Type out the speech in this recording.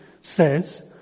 says